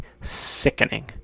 sickening